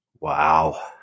Wow